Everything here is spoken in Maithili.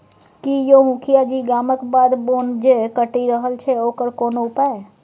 की यौ मुखिया जी गामक बाध बोन जे कटि रहल छै ओकर कोनो उपाय